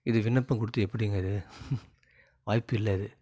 இது விண்ணப்பம் கொடுத்து எப்படிங்க இது வாய்ப்பில்லை இது